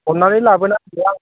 अननानै लाबोनानै होफैदो